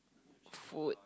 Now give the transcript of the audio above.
food